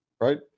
right